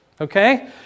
Okay